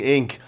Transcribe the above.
Inc